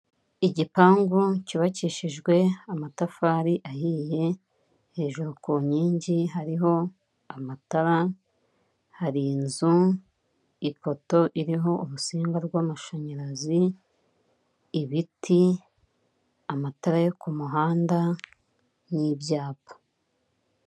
Igipangu cyubakishijwe amatafari ahiye, hejuru ku nkingi hariho amatara, hari inzu, ipoto iriho urusinga rw'amashanyarazi, ibiti, amatara yo ku muhanda n'ibyapa.